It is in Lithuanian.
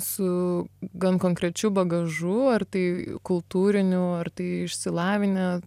su gan konkrečiu bagažu ar tai kultūriniu ar tai išsilavinę